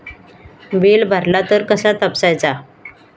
Bill भरला तर कसा तपसायचा?